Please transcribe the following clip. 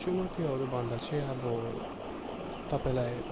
चुनौतीहरू भन्दा चाहिँ अब तपाईँलाई